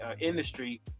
industry